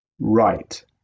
right